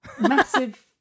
Massive